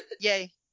Yay